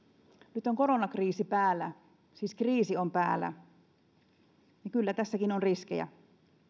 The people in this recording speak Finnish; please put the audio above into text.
nyt kun on koronakriisi päällä siis kriisi on päällä niin kyllä tässäkin on riskejä